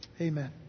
amen